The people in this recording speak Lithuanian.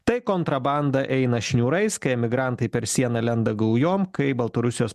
tai kontrabanda eina šniūrais kai emigrantai per sieną lenda gaujom kai baltarusijos